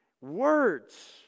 words